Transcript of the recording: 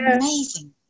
amazing